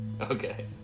Okay